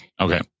Okay